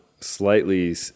Slightly